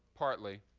partly,